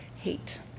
hate